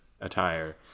attire